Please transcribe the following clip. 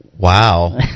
Wow